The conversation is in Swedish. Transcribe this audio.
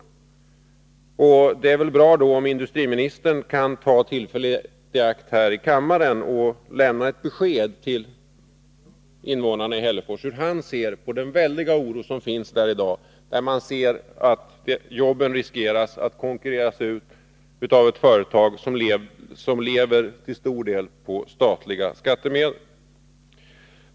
Det Måndagen den är väl då bra om industriministern kan ta tillfället i akt att här i kammaren 2 maj 1983 lämna ett besked till invånarna i Hällefors, hur han ser på den väldiga oro som finns där i dag, när man märker att jobben riskerar att konkurreras ut av ett företag som till stor del lever på skattemedel — alltså statliga pengar.